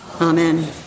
Amen